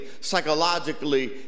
psychologically